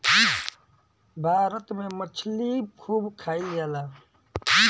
भारत में मछली खूब खाईल जाला